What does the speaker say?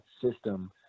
system